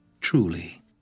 Truly